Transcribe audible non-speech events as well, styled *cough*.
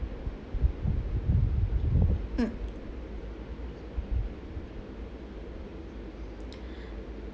mm *breath*